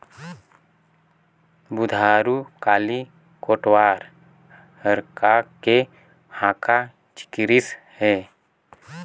बुधारू काली कोटवार हर का के हाँका चिकरिस हे?